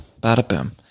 bada-boom